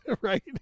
right